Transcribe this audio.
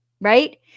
Right